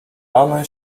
arne